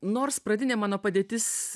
nors pradinė mano padėtis